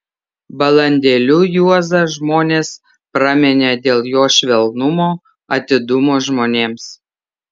balandėliu juozą žmonės praminė dėl jo švelnumo atidumo žmonėms